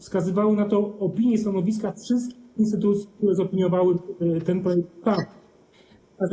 Wskazywały na to opinie i stanowiska wszystkich instytucji, które zaopiniowały ten projekt ustawy.